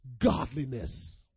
godliness